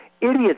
Idiots